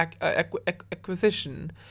acquisition